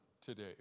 today